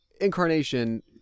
incarnation